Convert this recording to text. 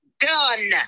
done